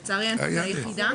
לצערי --- זה הספקים זה מה שדיברו.